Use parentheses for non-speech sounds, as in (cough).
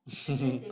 (laughs)